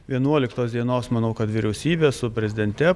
vienuoliktos dienos manau kad vyriausybė su prezidente